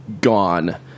Gone